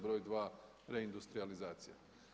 Broj dva reindustrijalizacija.